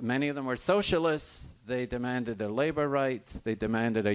many of them were socialists they demanded their labor rights they demanded a